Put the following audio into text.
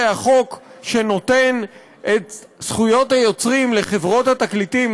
הרי החוק שנותן את זכויות היוצרים לחברות התקליטים,